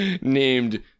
named